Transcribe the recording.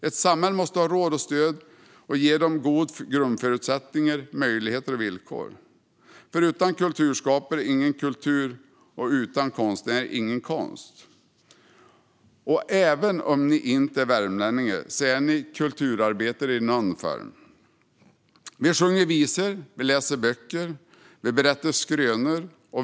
Ett samhälle måste ge kulturarbetarna goda grundförutsättningar, möjligheter och villkor. Utan kulturskapare ingen kultur. Utan konstnärer ingen konst. Även om ni inte är värmlänningar är ni alla kulturbärare i någon form. Vi sjunger visor, läser böcker och berättar skrönor.